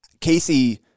Casey